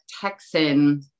Texan